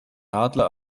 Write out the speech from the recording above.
adler